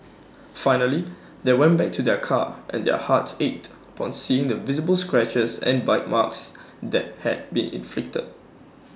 finally they went back to their car and their hearts ached upon seeing the visible scratches and bite marks that had been inflicted